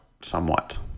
somewhat